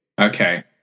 Okay